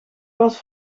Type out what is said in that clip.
was